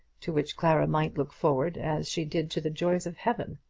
to which clara might look forward as she did to the joys of heaven.